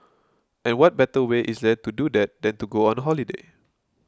and what better way is there to do that than to go on holiday